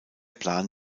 plan